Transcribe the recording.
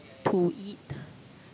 to it